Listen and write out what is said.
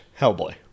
Hellboy